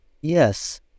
Yes